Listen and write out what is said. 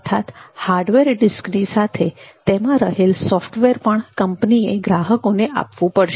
અર્થાત હાર્ડવેર ડિસ્કની સાથે તેમાં રહેલ સોફ્ટવેર પણ કંપનીએ ગ્રાહકોને આપવું પડશે